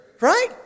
right